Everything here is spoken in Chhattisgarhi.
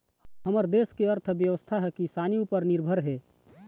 हमर देस के अर्थबेवस्था ह किसानी उपर निरभर हे